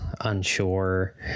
unsure